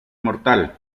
mortal